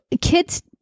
Kids